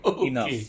Enough